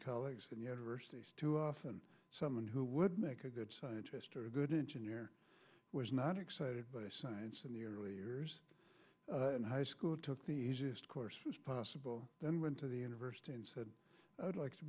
colleagues in universities too often someone who would make a good scientist or a good engineer was not excited but science in the early years in high school took the easiest courses possible then went to the university and said i'd like to